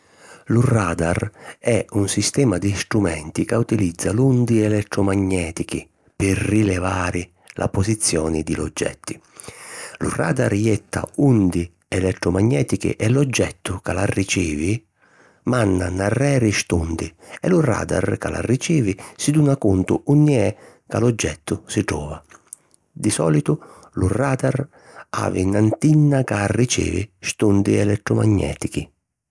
Lu radar è un sistema di strumenti ca utilizza l'undi elettromagnètichi pi rilevari la posizioni di l'oggetti. Lu radar jetta undi elettromagnètichi e l'oggettu ca l'arricivi, manna nnarreri st'undi e lu radar ca l'arricivi si duna cuntu unni è ca l'oggettu si trova. Di sòlitu lu radar havi na ntinna ca arricivi st'undi elettromagnètichi.